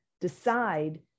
decide